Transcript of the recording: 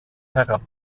herab